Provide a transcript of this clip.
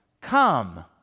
come